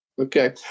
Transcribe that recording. Okay